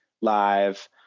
live